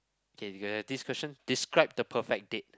okay you have this question describe the perfect date